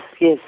yes